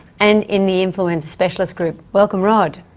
and in the influenza specialist group. welcome, rod.